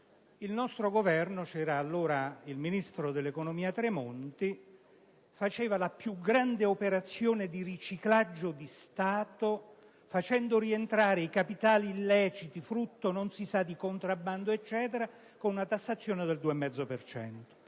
il nostro Governo, era allora ministro dell'economia Tremonti, realizzava la più grande operazione di riciclaggio di Stato, facendo rientrare i capitali illeciti frutto di contrabbando con una tassazione del 2,5